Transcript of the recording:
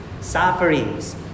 sufferings